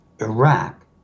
Iraq